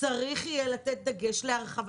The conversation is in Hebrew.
צריך יהיה לתת דגש להרחבה.